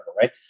right